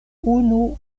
unu